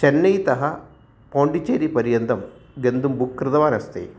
चन्नैतः पोण्डिचेरिपर्यन्तं गन्तुं बुक् कृतवान् अस्ति